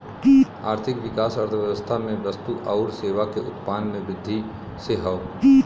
आर्थिक विकास अर्थव्यवस्था में वस्तु आउर सेवा के उत्पादन में वृद्धि से हौ